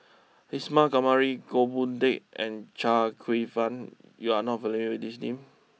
Isa Kamari Goh Boon Teck and Chia Kwek Fah you are not familiar with these names